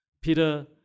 Peter